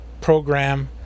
program